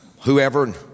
whoever